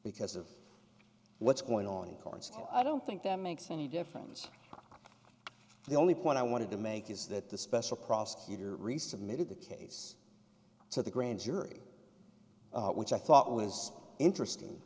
because of what's going on in courts i don't think that makes any difference the only point i wanted to make is that the special prosecutor resubmitted the case to the grand jury which i thought was interesting